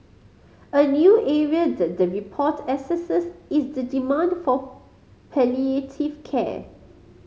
a new area that the report assesses is the demand for palliative care